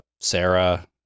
Sarah